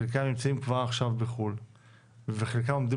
חלקם נמצאים כבר עכשיו בחו"ל וחלקם עומדים